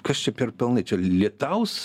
kas čia per penai čia l lietaus